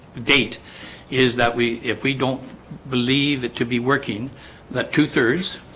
date is that we if we don't believe it to be working that two-thirds